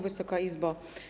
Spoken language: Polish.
Wysoka Izbo!